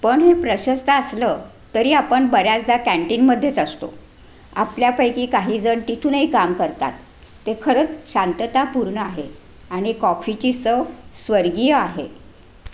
पण हे प्रशस्त असलं तरी आपण बऱ्याचदा कॅन्टीनमध्येच असतो आपल्यापैकी काहीजण तिथूनही काम करतात ते खरंच शांततापूर्ण आहे आणि कॉफीची चव स्वर्गीय आहे